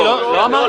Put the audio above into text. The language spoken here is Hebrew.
אני לא אמרתי.